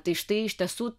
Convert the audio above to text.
tai štai iš tiesų